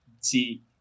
see